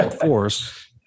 force